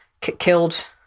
killed